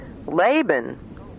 Laban